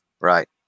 Right